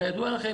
כידוע לכם,